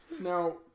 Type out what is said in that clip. Now